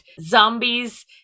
zombies